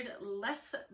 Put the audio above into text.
less